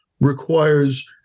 requires